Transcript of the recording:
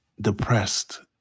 depressed